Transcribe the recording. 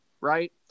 Right